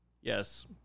Yes